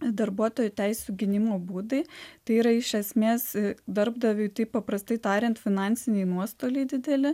darbuotojų teisių gynimo būdai tai yra iš esmės darbdaviui tai paprastai tariant finansiniai nuostoliai dideli